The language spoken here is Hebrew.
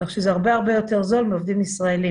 כך שזה הרבה יותר זול מעובדים ישראלים.